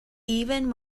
even